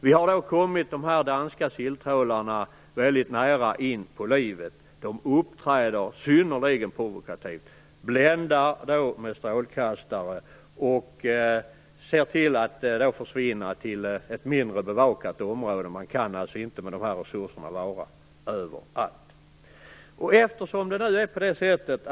Vi har då kommit de danska silltrålarna väldigt nära in på livet. De uppträder synnerligen provokativt. De bländar med strålkastare och ser till att försvinna till ett mindre bevakat område. Med de här resurserna kan man inte vara överallt.